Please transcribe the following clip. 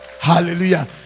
Hallelujah